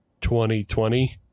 2020